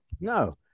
No